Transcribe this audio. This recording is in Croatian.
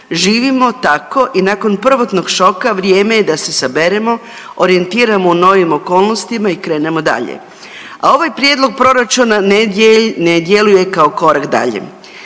živimo tako i nakon prvotnog šoka vrijeme je da se saberemo i orijentiramo u novim okolnostima i krenemo dalje. A ovaj prijedlog proračuna ne djeluje kao korak dalje.